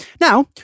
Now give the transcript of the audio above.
Now